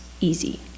easy